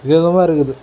விதவிதமாக இருக்குது